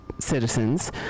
citizens